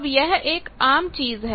अब यह एक आम चीज है